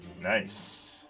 Nice